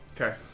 Okay